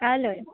কাইলৈ